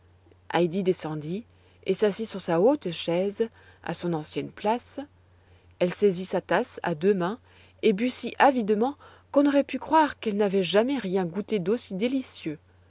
heidi descendit et s'assit sur sa haute chaise à son ancienne place elle saisit sa tasse à deux mains et but si avidement qu'on aurait pu croire qu'elle n'avait jamais rien goûté d'aussi délicieux